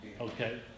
Okay